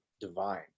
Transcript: divine